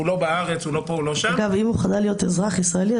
הוא לא בארץ --- אם הוא חדל להיות אזרח ישראלי,